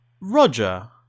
Roger